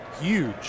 huge